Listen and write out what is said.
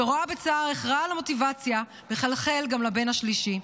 ורואה בצער איך רעל המוטיבציה מחלחל גם לבן השלישי.